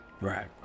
Right